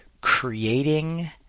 creating